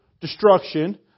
destruction